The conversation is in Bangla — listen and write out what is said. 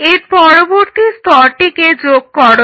এরপর পরবর্তী স্তরটি যোগ করো